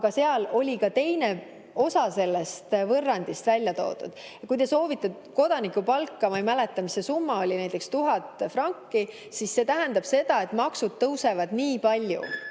Aga seal oli ka teine osa sellest võrrandist välja toodud: kui te soovite kodanikupalka – ma ei mäleta, mis see summa oli, näiteks 1000 franki –, siis see tähendab seda, et maksud tõusevad nii palju.